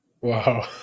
Wow